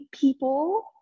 people